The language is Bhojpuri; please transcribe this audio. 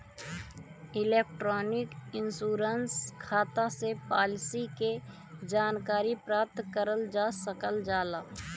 इलेक्ट्रॉनिक इन्शुरन्स खाता से पालिसी के जानकारी प्राप्त करल जा सकल जाला